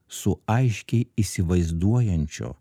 su aiškiai įsivaizduojančio